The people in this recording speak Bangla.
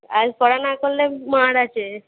আজ পড়া না করলে মার আছে